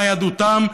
ניידותם,